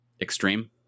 extreme